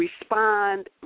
respond